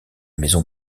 maison